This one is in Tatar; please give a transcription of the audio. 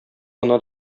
гына